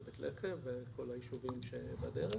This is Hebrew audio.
בית לחם וכל היישובים שבדרך,